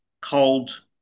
cold